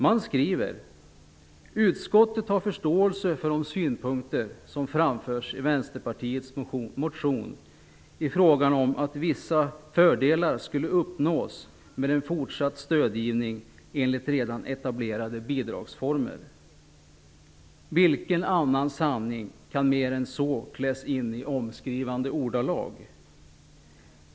Man skriver: "Utskottet har förståelse för de synpunkter som framförs i motion 1995/96:Sk59 om att vissa fördelar skulle kunna uppnås med en fortsatt stödgivning enligt redan etablerade bidragsformer." Vilken annan sanning kan mer än så kläs in i omskrivande ordalag?